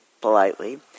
politely